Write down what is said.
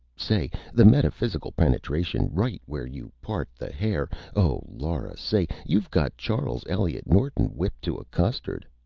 say, the metaphysical penetration, right where you part the hair oh, laura! say, you've got charles eliot norton whipped to a custard.